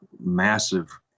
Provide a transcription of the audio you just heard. massive